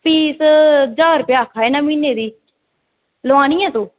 fees ज्हार रपेआ आक्खा दे न म्हीने दी लोआनी ऐ तू